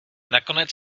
nakonec